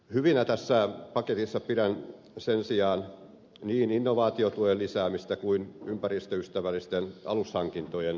hyvinä tässä paketissa pidän sen sijaan niin innovaatiotuen lisäämistä kuin ympäristöystävällisten alushankintojen tukea